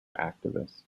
activists